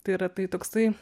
tai yra tai toksai